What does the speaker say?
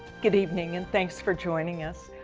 good evening and thanks for joining us.